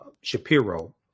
Shapiro